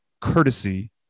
courtesy